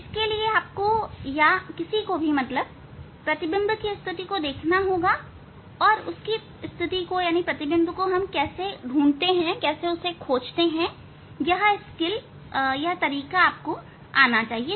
इसके लिए आपको या किसी को भी प्रतिबिंब की स्थिति को देखना और प्रतिबिंब की स्थिति को कैसे खोजा जाता हैं यह सीखना होगा